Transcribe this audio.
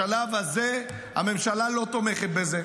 בשלב הזה הממשלה לא תומכת בזה.